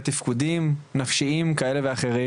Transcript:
לתפקודים נפשיים כאלה ואחרים.